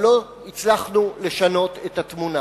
אבל לא הצלחנו לשנות את התמונה.